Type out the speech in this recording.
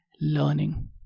learning